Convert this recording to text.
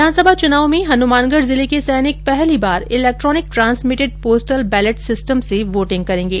विधानसभा चुनाव में हनुमानगढ़ जिले के सैनिक पहली बार electronic transmitted postal ballot system से बोटिंग करेंगे